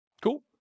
Cool